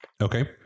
Okay